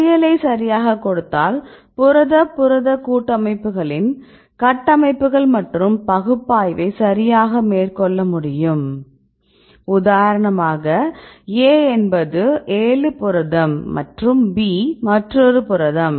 பட்டியலை சரியாகக் கொடுத்தால் புரதம் புரதம் கூட்டமைப்புகளின் கட்டமைப்புகள் மற்றும் பகுப்பாய்வை சரியாக மேற்கொள்ள முடியும் உதாரணமாக A என்பது 7 புரதம் மற்றும் B மற்றொரு புரதம்